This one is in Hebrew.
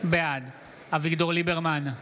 בעד אביגדור ליברמן,